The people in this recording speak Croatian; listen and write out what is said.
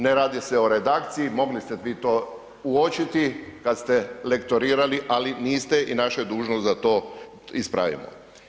Ne radi se o redakciji, mogli ste vi to uočiti kad ste lektorirali ali niste i naša je dužnost da to ispravimo.